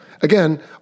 Again